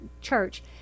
Church